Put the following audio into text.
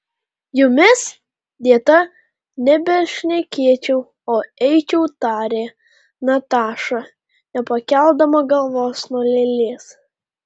jumis dėta nebešnekėčiau o eičiau tarė nataša nepakeldama galvos nuo lėlės